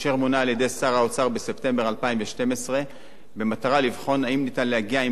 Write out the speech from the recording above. אשר מונה על-ידי שר האוצר בספטמבר 2012 במטרה לבחון אם אפשר להגיע עם